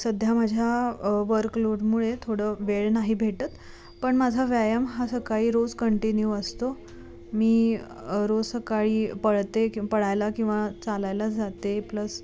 सध्या माझ्या वर्क लोडमुळे थोडं वेळ नाही भेटत पण माझा व्यायाम हा सकाळी रोज कंटिन्यू असतो मी रोज सकाळी पळते की पळायला किंवा चालायला जाते प्लस